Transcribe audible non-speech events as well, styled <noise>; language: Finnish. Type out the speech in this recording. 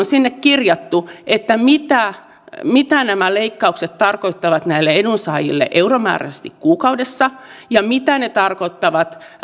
<unintelligible> sinne on kirjattu mitä mitä nämä leikkaukset tarkoittavat näille edunsaajille euromääräisesti kuukaudessa ja mitä ne tarkoittavat